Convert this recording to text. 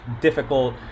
difficult